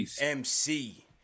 MC